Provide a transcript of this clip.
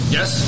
Yes